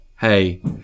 Hey